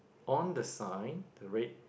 on the sign the red